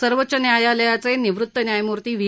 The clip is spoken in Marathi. सर्वोच्च न्यायालयाचे निवृत न्यायमूर्ती व्ही